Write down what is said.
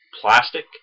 Plastic